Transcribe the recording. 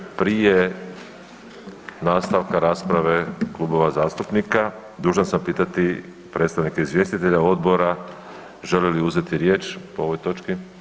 Prije nastavka rasprave klubova zastupnika dužan sam pitati predstavnike izvjestitelje odbora žele li uzeti riječ po ovoj točki?